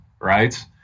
right